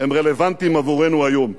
רלוונטיים עבורנו היום?